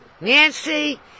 Nancy